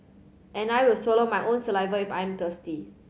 and I will swallow my own saliva if I'm thirsty